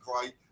great